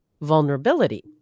vulnerability